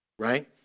right